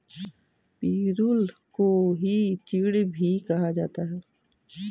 पिरुल को ही चीड़ भी कहा जाता है